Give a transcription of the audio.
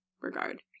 regard